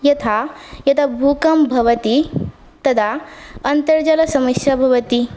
यथा यदा भूकंपः भवति तदा अन्तर्जालसमस्या भवति